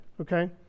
Okay